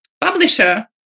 publisher